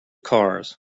cars